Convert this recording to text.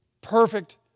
perfect